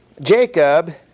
Jacob